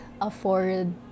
afford